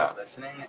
listening